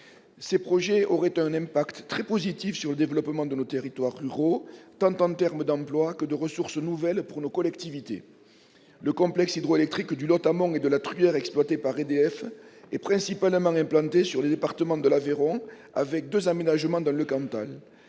Ces projets auraient un impact très positif sur le développement de nos territoires ruraux, en matière tant d'emploi que de ressources nouvelles pour nos collectivités. Le complexe hydroélectrique du Lot amont et de la Truyère, exploité par EDF, est principalement implanté dans le département de l'Aveyron, avec deux aménagements dans le Cantal.